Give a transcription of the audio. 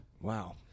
Wow